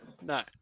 No